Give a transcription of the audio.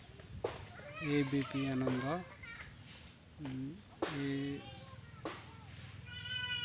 A B P Ananda A